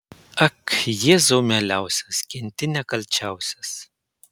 ak jėzau mieliausias kenti nekalčiausias